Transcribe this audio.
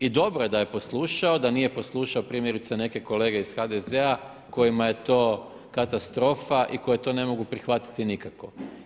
I dobro je da je poslušao, da nije poslušao primjerice neke kolege iz HDZ-a kojima je to katastrofa i koji to ne mogu prihvatiti nikako.